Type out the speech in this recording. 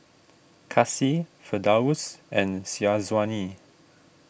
Kasih Firdaus and Syazwani